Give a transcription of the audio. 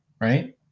right